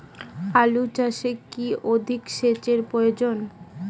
আলু চাষে কি অধিক সেচের প্রয়োজন?